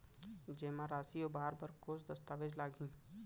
जेमा राशि उबार बर कोस दस्तावेज़ लागही?